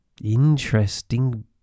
interesting